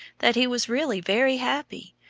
that he was really very happy,